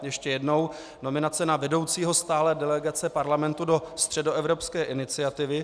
Ještě jednou: nominace na vedoucího stálé delegace Parlamentu do Středoevropské iniciativy.